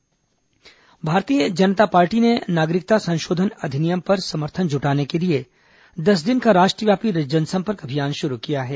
नागरिकता संशोधन अधिनियम भारतीय जनता पार्टी ने नागरिकता संशोधन अधिनियम पर समर्थन जुटाने के लिए दस दिन का राष्ट्रव्यापी जनसंपर्क अभियान शुरू किया है